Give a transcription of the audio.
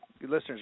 Listeners